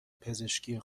پزشکی